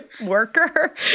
worker